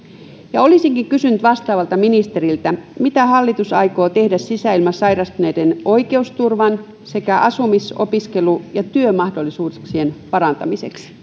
olisinkin kysynyt vastaavalta ministeriltä mitä hallitus aikoo tehdä sisäilmasairastuneiden oikeusturvan sekä asumis opiskelu ja työmahdollisuuksien parantamiseksi